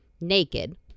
naked